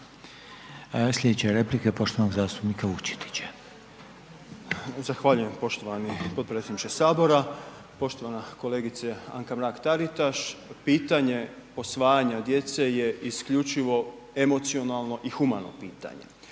Slijedeće replike poštovanog zastupnika Vučetića. **Vučetić, Marko (Nezavisni)** Zahvaljujem poštovani potpredsjedniče HS. Poštovana kolegice Anka Mrak-Taritaš, pitanje posvajanja djece je isključivo emocionalno i humano pitanje.